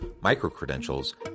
micro-credentials